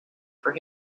for